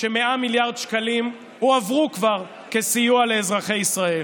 100 מיליארד שקלים כבר הועברו כסיוע לאזרחי ישראל.